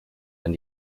wenn